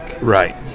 Right